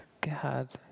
God